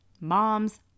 moms